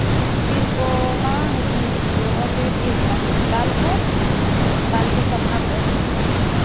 ᱤᱨ ᱠᱚᱢᱟ ᱦᱚᱲ ᱛᱮᱜᱮ ᱯᱮ ᱤᱨᱮᱫᱼᱟ ᱫᱟᱞ ᱠᱚ ᱫᱟᱞ ᱠᱚ ᱥᱟᱯᱷᱟ ᱠᱚ